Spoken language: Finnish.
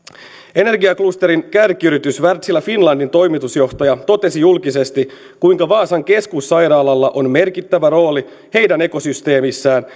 energiaklusterin kärkiyrityksen wärtsilä finlandin toimitusjohtaja totesi julkisesti kuinka vaasan keskussairaalalla on merkittävä rooli heidän ekosysteemissään